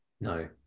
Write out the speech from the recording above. no